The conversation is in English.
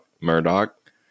Murdoch